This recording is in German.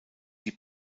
die